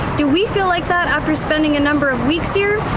do we feel like that after spending a number of weeks here?